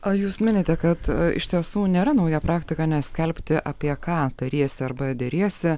o jūs minite kad iš tiesų nėra nauja praktika neskelbti apie ką tariesi arba deriesi